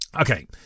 Okay